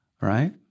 right